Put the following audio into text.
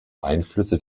einflüsse